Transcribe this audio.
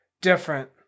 different